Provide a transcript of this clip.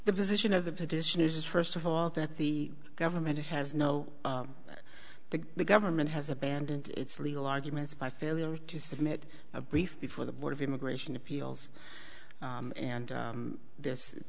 the position of the position is first of all that the government has no the government has abandoned its legal arguments by failure to submit a brief before the board of immigration appeals and this there's